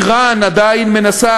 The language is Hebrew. איראן עדיין מנסה